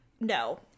no